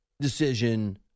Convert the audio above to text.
decision